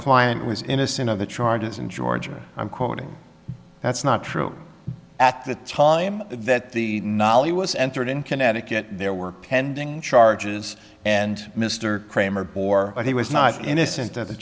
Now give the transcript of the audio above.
client was innocent of the charges in georgia i'm quoting that's not true at the time that the naleo was entered in connecticut there were pending charges and mr cramer bore but he was not innocent